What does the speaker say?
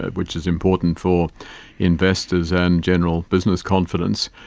ah which is important for investors and general business confidence.